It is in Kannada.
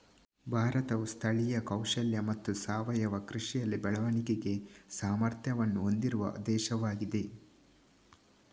ಭಾರತವು ಸ್ಥಳೀಯ ಕೌಶಲ್ಯ ಮತ್ತು ಸಾವಯವ ಕೃಷಿಯಲ್ಲಿ ಬೆಳವಣಿಗೆಗೆ ಸಾಮರ್ಥ್ಯವನ್ನು ಹೊಂದಿರುವ ದೇಶವಾಗಿದೆ